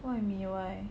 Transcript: what you mean why